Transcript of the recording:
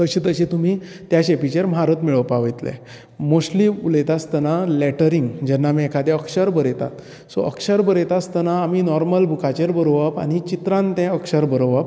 तशे तशे तुमी त्या शेपीचेर म्हारत मेळोवपा वयतले मोस्टली उलयता आसतना लॅटरींग जेन्ना आमी एकादी अक्षर बरयतात सो अक्षर बरयता आसतना आमी नॉर्मल बुकाचेर बरोवप आनी चित्रान तें अक्षर बरोवप